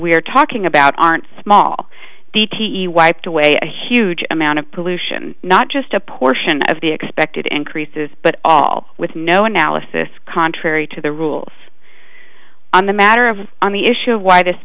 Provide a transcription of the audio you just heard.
are talking about aren't small d t e wiped away a huge amount of pollution not just a portion of the expected increases but all with no analysis contrary to the rule on the matter of on the issue of why this